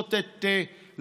מרוויחות את לחמן,